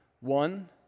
One